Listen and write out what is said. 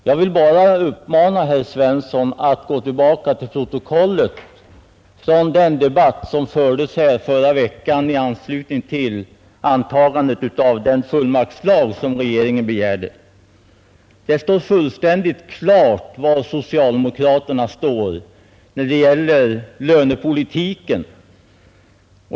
Jag vill bara uppmana herr Svensson att gå tillbaka till rdkoleL från den debatt som fördes här förra veckan i anslutning till antagandet av den fullmaktslag som regeringen begärde. Det är fullständigt klart var socialdemokraterna står när det gäller lönepolitiken.